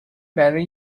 برای